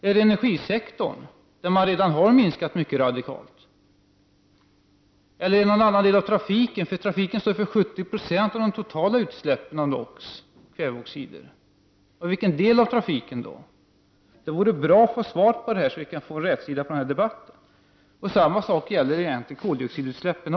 Är det energisektorn, som redan har minskat sina utsläpp radikalt, eller är det någon annan del av trafiken som skall minska sina utsläpp? Trafiken står ju för 70 90 av de totala utsläppen av NO,, kväveoxider. Vilken del av trafiken skall minska sina utsläpp? Det vore bra att få svar på detta, så att vi kan få rätsida på den här debatten. Samma sak gäller egentligen även koldioxidutsläppen.